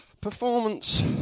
performance